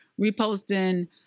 reposting